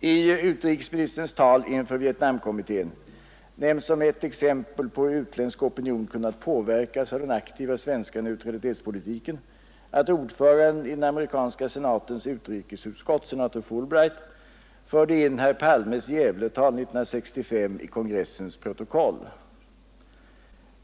I utrikesministerns tal inför Vietnamkommittén nämns som ett exempel på hur utländsk opinion kunnat påverkas av den aktiva svenska neutralitetspolitiken att ordföranden i den amerikanska senatens utrikesutskott, senator Fulbright, förde in herr Palmes Gävletal 1965 i kongressens protokoll.